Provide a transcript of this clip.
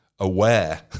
aware